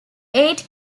eight